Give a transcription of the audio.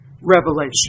revelation